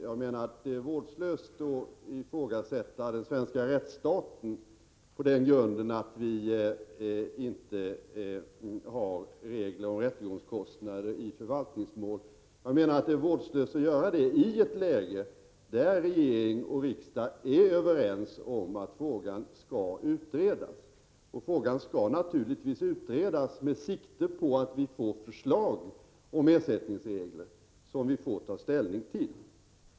Jag menar att det är vårdslöst att ifrågasätta den svenska rättsstaten på den grunden att vi inte har regler om rättegångskostnader i förvaltningsmål. Det är särskilt vårdslöst att göra detta i ett läge där regering och riksdag är överens om att frågan skall utredas. Utredningen skall naturligtvis arbeta med sikte på att lägga fram förslag om ersättningsregler, som vi får ta ställning till.